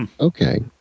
Okay